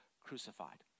crucified